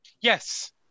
Yes